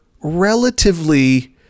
relatively